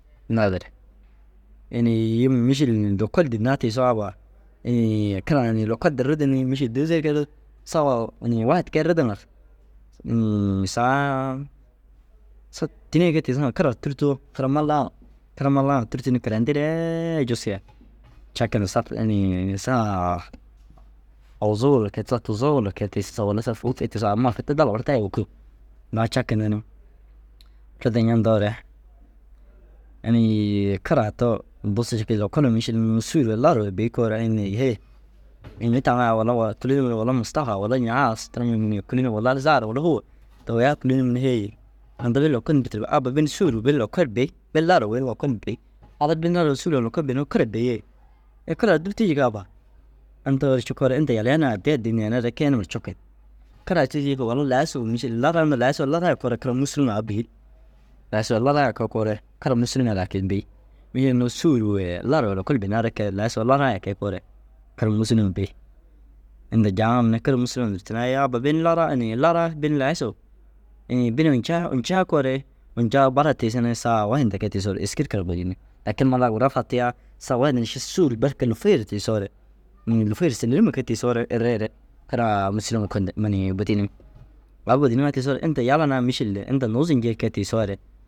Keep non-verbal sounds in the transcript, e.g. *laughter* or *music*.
Naazire inii yim mîšil ni lokol dînnaa tiisoo abbaa inii karaa ni lokol di ridi ni mîšil dêzer kee ru sa woo ini wahit kee ridiŋa ru inii saa sa tinin kee tiisiŋa ru kira ru tûrtoo kira mallaa u kimallaa ŋa tûrtu ni kayintii ree *hesitation* cakindu saf inii saa awuzuu walla kee sa tuzoo walla kee tiisu walla sa fôu kee tiisoo amma kii tedaa labartayire wôkuu. Daa cakindi ni ridu ñendoore inii kira too busu cikii lokoluu mîšil unnu sûruu ye laruu ye bêyi koore ai unnu hêe ini mi taŋa ai walla wa kûlunimi walla Mûstafa walla ñaa *hesitation* kûlinim walla Zara walla Hôwa dowiyaa kûlinim ni hêyi haandirdi lokol nûrtire bêi abba bini sûruu bini lokol bêyi, bini laruu weri lokol bêyi. Abba bini laruu ye sûruu ye lokol bênno kira bêi yee? Kira ru dûrtii yiki abba intoore cikoore inta yaliya naa addii addii neere re kee numa ru cukee kiraa tûrtii cikuu walla laisuu mîšil laraa nda laisuu ye laraa ye koore kira mûsilum ŋa au bêyi. Laisuu ye laraa ye kee koore kara mûsilum ŋa lakin bêi. Mîšil unnu sîruu ye laruu ye lokol bênnaa re kee laisuu ye laraa ye kee koore kara mûsilum bêi. Inda jaaŋim ni kira mûsilum nûrtinaa ai abba bini laraa ni laraa bini laisuu inii bini ôlcaa koore ôlcaa bara tigisi sa wahit nda kee tigisoore êski ru kara bôdiyinig. Lakin mallaa gura fatiyaa sa wahit na ši sûruu berke lôfooye tiisoore nûŋumi lôfooyer sêlenima kee tisoore erre re kiraa mûsilim konde munii bôdiniŋ. Au bôdiniŋaa tiisoore inta yala naa mîšil li inta nuuzi njii kee tiisoore